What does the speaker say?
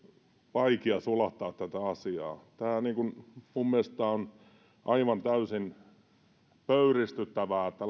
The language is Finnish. vaikea sulattaa tätä asiaa minun mielestäni tämä on aivan täysin pöyristyttävää että